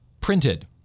printed